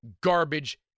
garbage